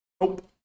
Nope